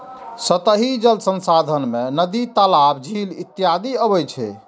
सतही जल संसाधन मे नदी, तालाब, झील इत्यादि अबै छै